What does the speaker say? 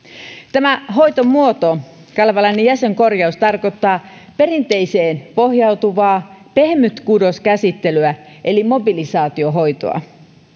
tämä hoitomuoto kalevalainen jäsenkorjaus tarkoittaa perinteeseen pohjautuvaa pehmytkudoskäsittelyä eli mobilisaatiohoitoa